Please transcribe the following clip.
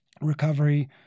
recovery